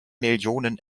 millionen